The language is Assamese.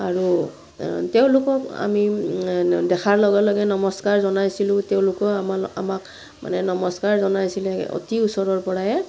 আৰু তেওঁলোকক আমি দেখাৰ লগে লগে নমস্কাৰ জনাইছিলোঁ তেওঁলোকে আমাৰ আমাক মানে নমস্কাৰ জনাইছিলে অতি ওচৰৰ পৰাই